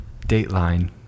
Dateline